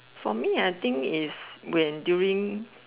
for me I think is when during